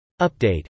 Update